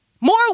More